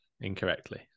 Incorrectly